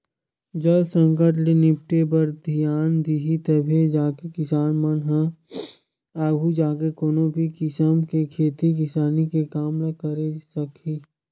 जल संकट ले निपटे बर धियान दिही तभे जाके किसान मन ह आघू जाके कोनो भी किसम के खेती किसानी के काम ल करे सकही